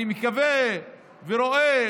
אני מקווה ורואה